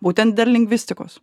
būtent dėl lingvistikos